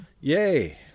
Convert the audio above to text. yay